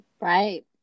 right